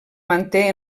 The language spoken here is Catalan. manté